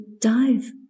dive